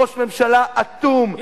ראש ממשלה אטום,